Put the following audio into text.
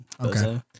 Okay